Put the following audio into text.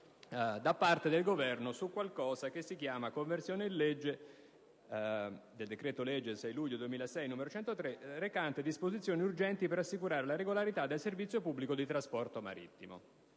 da parte del Governo su un provvedimento che si intitola «Conversione in legge del decreto-legge 6 luglio 2006 n. 103, recante disposizioni urgenti per assicurare la regolarità del servizio pubblico di trasporto marittimo».